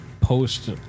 post